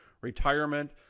retirement